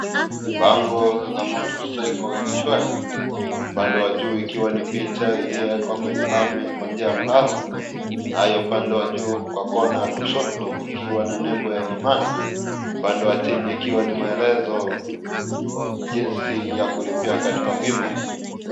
Bango la 'Motorcycle Insurance' upande wa juu ikiwa ni picha iliyowekwa kwenye lami kwa njia ya mlazo, nayo upande wa juu kwa kona ya kushoto kukiwa na nembo ya 'Imana'. Upande wa chini ikiwa ni maelezo jinsi ya kulipia katika bima hii.